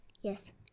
Yes